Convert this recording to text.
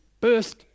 burst